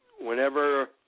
Whenever